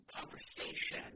conversation